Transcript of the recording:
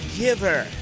giver